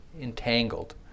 entangled